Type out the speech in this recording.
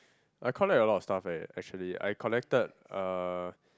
I collect a lot of stuff eh actually I collected uh